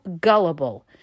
gullible